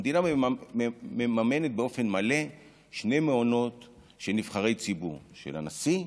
המדינה מממנת באופן מלא שני מעונות של נבחרי ציבור: של הנשיא,